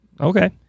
Okay